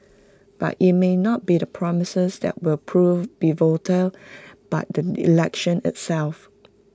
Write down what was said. but IT may not be the promises that will prove pivotal but the election itself